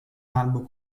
albo